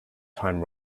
time